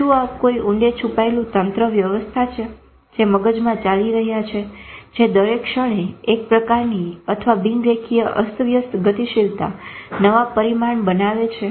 શું આ કોઈ ઊંડે છુપાયેલું તંત્ર વ્યવસ્થા છે જે મગજમાં ચાલી રહ્યા છે જે દરેક ક્ષણે એક પ્રકારની અથવા બિન રેખીય અસ્તવ્યસ્ત ગતિશીલતા નવા પરિમાણમાં બનાવે છે